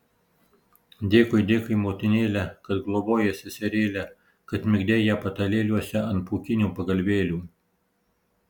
dėkui dėkui motinėle kad globojai seserėlę kad migdei ją patalėliuose ant pūkinių pagalvėlių